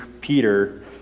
Peter